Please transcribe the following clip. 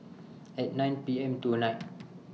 At nine P M tonight